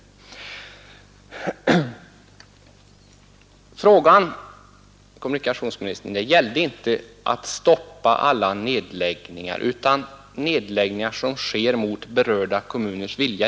Kärnfrågan, herr kommunikationsminister, gällde inte att stoppa alla nedläggningar utan att stoppa nedläggningar som sker mot berörda kommuners vilja.